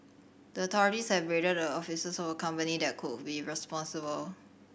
the authorities have raided the offices of a company that could be responsible